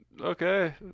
Okay